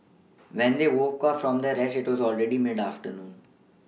when they woke up from their rest it was already mid afternoon